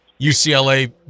UCLA